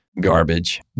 garbage